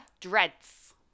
dreads